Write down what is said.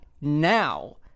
now